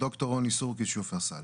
ד"ר רוני סורקיס, שופרסל.